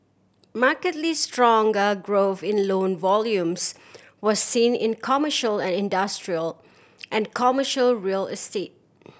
markedly stronger growth in loan volumes was seen in commercial and industrial and commercial real estate